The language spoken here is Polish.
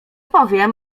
powiem